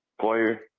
player